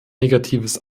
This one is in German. negatives